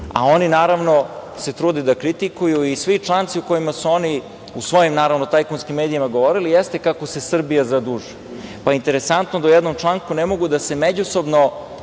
a oni naravno se trude da kritikuju i svi članci u kojima su oni u svojim tajkunskim medijima govorili jeste kako se Srbija zadužuje, pa je interesantno da u jednom članku ne mogu da se međusobno,